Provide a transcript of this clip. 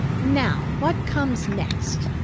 now, what comes next?